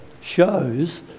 shows